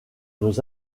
nos